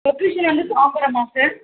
location வந்து தாம்பரமா sir